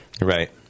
Right